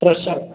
ഫ്രഷാണ്